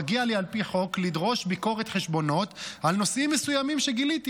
מגיע לי על פי חוק לדרוש ביקורת חשבונות על נושאים מסוימים שגיליתי,